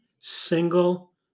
single